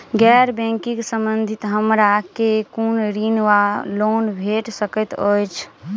गैर बैंकिंग संबंधित हमरा केँ कुन ऋण वा लोन भेट सकैत अछि?